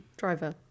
driver